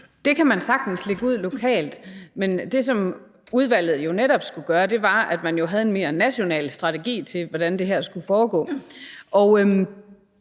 Det kan man sagtens lægge ud lokalt, men det, som udvalget jo netop skulle gøre, var at se på en mere national strategi for, hvordan det her skulle foregå.